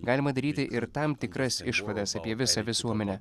galima daryti ir tam tikras išvadas apie visą visuomenę